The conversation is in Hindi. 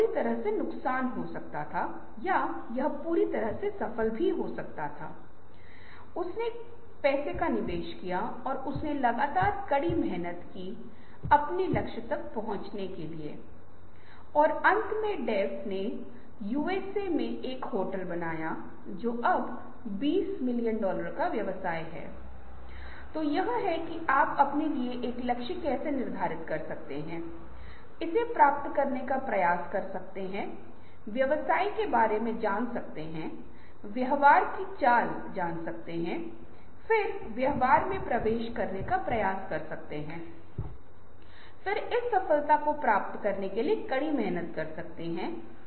और विचारों के आरोपण या निष्पादन के लिए सभी विवरण मिलेंगे और बातचीत होगा जहा समूह का सामना करने के लिए भी है जहां लोग एक साथ बैठ सकते हैं और चर्चा कर सकते हैं वे बहुत सारी जानकारी प्राप्त कर सकते हैं और मुद्दों को कैसे सुलझा सकते हैं या एक नए उत्पाद या एक प्रक्रिया के लिए कैसे जा सकते हैं